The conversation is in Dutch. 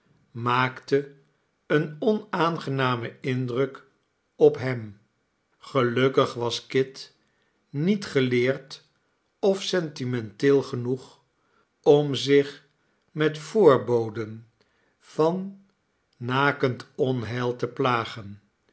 maakte een onaangenamen indruk op hem gelukkig was kit niet geleerd of sentimenteel genoeg om zich met voorboden van nakend onheil te plagen